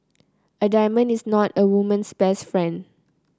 a diamond is not a woman's best friend